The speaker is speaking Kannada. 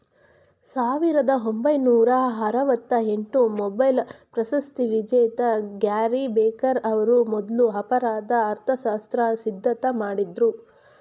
ಸಾವಿರದ ಒಂಬೈನೂರ ಆರವತ್ತಎಂಟು ಮೊಬೈಲ್ ಪ್ರಶಸ್ತಿವಿಜೇತ ಗ್ಯಾರಿ ಬೆಕರ್ ಅವ್ರು ಮೊದ್ಲು ಅಪರಾಧ ಅರ್ಥಶಾಸ್ತ್ರ ಸಿದ್ಧಾಂತ ಮಾಡಿದ್ರು